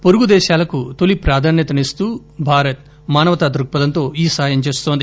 పొరుగుదేశాలకు తొలి ప్రాధాన్యత ఇస్తూ భారత్ మానవతా దృక్పథంతో ఈ సాయం చేస్తోంది